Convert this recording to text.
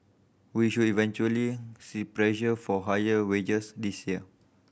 we should eventually see pressure for higher wages this year